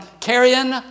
carrying